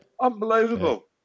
Unbelievable